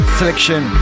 selection